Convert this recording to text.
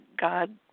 God